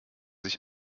sich